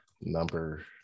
number